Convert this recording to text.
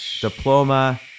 diploma